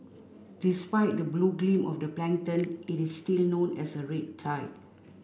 despite the blue gleam of the plankton it is still known as a red tide